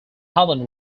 helen